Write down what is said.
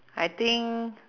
I think